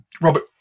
Robert